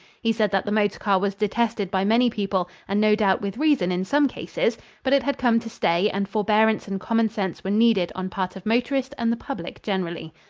he said that the motor car was detested by many people, and no doubt with reason in some cases but it had come to stay and forbearance and common sense were needed on part of motorist and the public generally.